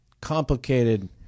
complicated